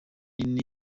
nini